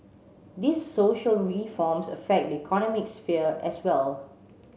these social reforms affect the economic sphere as well